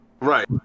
Right